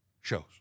shows